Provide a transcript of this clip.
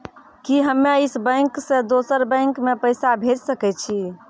कि हम्मे इस बैंक सें दोसर बैंक मे पैसा भेज सकै छी?